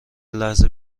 لحظه